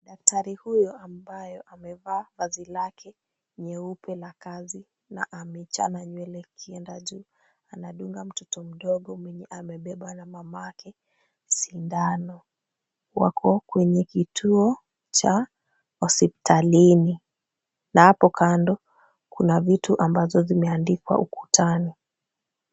Daktari huyu ambaye amevaa vazi lake nyeupe la kazi na amechana nywele ikienda juu, anadunga mtoto mdogo mwenye amebebwa na mamake sindano. Wako kwenye kituo cha hospitalini na hapo kando kuna vitu ambazo zimeandikwa ukutani.